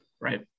Right